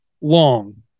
long